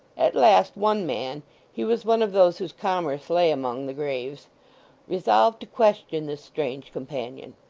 at last, one man he was one of those whose commerce lay among the graves resolved to question this strange companion.